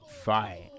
fight